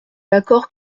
l’accord